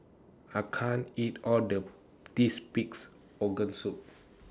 I can't eat All of This Pig'S Organ Soup